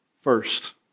first